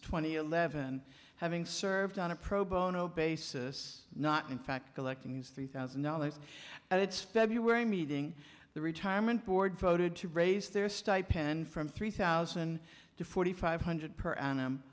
twenty eleven having served on a pro bono basis not in fact collecting these three thousand dollars and its february meeting the retirement board voted to raise their stipend from three thousand to forty five hundred per